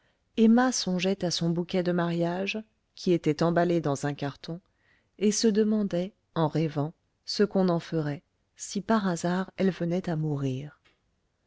emma songeait à son bouquet de mariage qui était emballé dans un carton et se demandait en rêvant ce qu'on en ferait si par hasard elle venait à mourir